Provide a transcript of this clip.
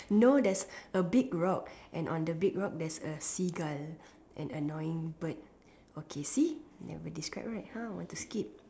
no there's a big rock and on the big rock there's a Seagull an annoying bird okay see never describe right !huh! want to skip